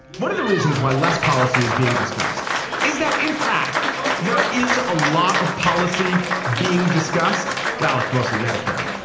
one of the reasons why less policy is being discussed is that in fact there is a lot of policy being discussed. while it's mostly medicare,